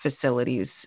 facilities